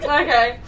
okay